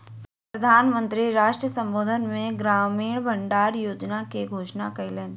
प्रधान मंत्री राष्ट्र संबोधन मे ग्रामीण भण्डार योजना के घोषणा कयलैन